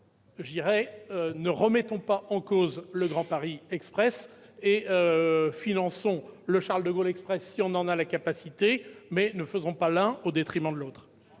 donc : ne remettons pas en cause le Grand Paris Express ! Finançons le Charles-de-Gaulle Express si nous en avons la capacité, mais ne faisons pas l'un au détriment de l'autre